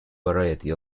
variety